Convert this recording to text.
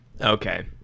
okay